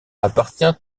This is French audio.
appartient